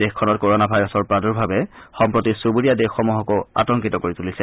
দেশখনত কৰনা ভাইৰাছৰ প্ৰাদৰ্ভাৱে সম্প্ৰতি চুব্ৰীয়া দেশসমূহকো আতংকিত কৰি তলিছে